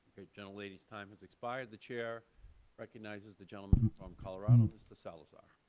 gentlelady's time has expired. the chair recognizes the gentleman from colorado, mr. salazar.